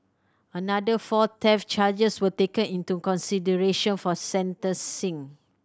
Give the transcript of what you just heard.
another four theft charges were taken into consideration for sentencing